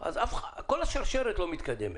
אז כל השרשרת לא מתקדמת.